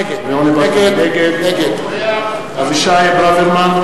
נגד אבישי ברוורמן,